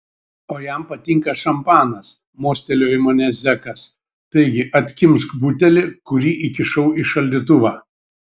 o jam patinka šampanas mostelėjo į mane zekas taigi atkimšk butelį kurį įkišau į šaldytuvą